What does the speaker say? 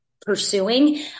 pursuing